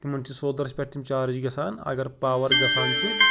تِمَن چھِ سولرَس پٮ۪ٹھ تِم چارٕج گژھان اگر پاوَر گَژھان چھِ